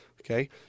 Okay